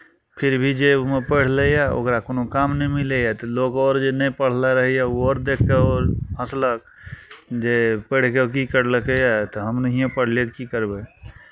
फिर भी जे ओ पढ़ि लैए ओकरा कोनो काम नहि मिलैए तऽ लोक आओर जे नहि पढ़ने रहैए तऽ ओ आओर देखि कऽ आओर हँसलक जे पढ़ि कऽ की करलकैए तऽ हम नहिएँ पढ़लियै तऽ की करबै